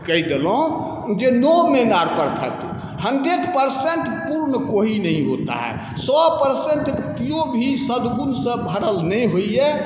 कहि देलहुँ जे no men are perfect hundred percent पूर्ण कोई नहींं होता है सओ परसेन्ट केओ भी सद्गुणसँ भरल नहि होइए